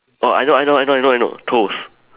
oh I know I know I know I know toast